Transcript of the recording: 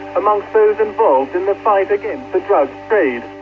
amongst those involved in the fight against the drug trade.